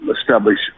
Establish